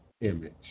image